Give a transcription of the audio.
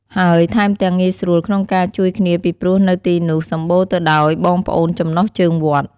ហើយថែមទាំងងាយស្រួលក្នុងការជួយគ្នាពីព្រោះនៅទីនុះសម្បុរទៅដោយបងប្អូនចំណុះជើងវត្ត។